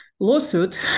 Lawsuit